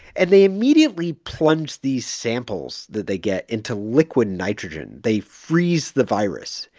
and they immediately plunge these samples that they get into liquid nitrogen. they freeze the virus.